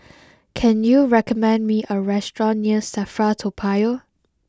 can you recommend me a restaurant near Safra Toa Payoh